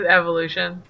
evolution